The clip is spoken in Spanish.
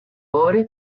pobre